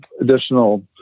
additional